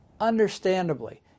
Understandably